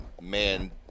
man